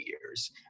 years